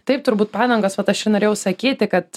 taip turbūt padangos vat aš ir norėjau sakyti kad